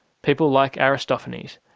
people like aristophanes,